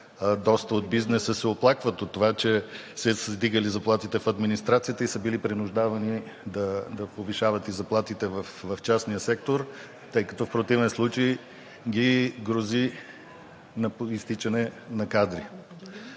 доста от бизнеса се оплакват от това, че се вдигали заплатите в администрацията и са били принуждавани да повишават и заплатите в частния сектор, тъй като в противен случай ги грози изтичане на кадри.